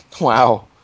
Wow